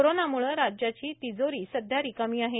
कोरोनामुळे राज्याची तिजोरी रिकामी आहे